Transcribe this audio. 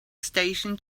station